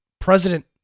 President